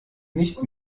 nicht